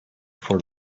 for